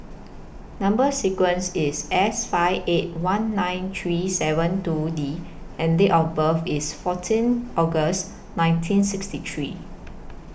Number sequence IS S five eight one nine three seven two D and Date of birth IS fourteen August nineteen sixty three